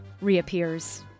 reappears